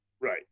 Right